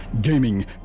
gaming